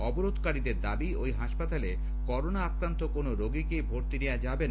অবরোধকারীদের দাবি ওই হাসপাতালে করোনা আক্রান্ত কোনো রোগীকে ভর্তি নেওয়া যাবে না